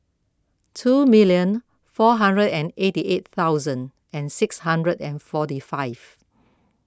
two million four hundred and eighty eight thousand six hundred and forty five